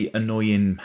annoying